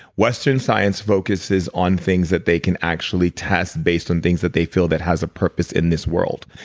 western science focuses on things that they can actually test base on things that they feel that has a purpose in this world.